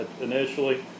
initially